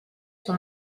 sont